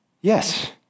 Yes